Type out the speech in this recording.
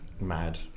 mad